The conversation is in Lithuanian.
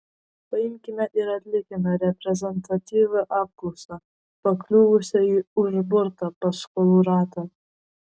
paimkime ir atlikime reprezentatyvią apklausą pakliuvusių į užburtą paskolų ratą